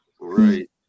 Right